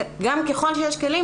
וככל שיש כלים,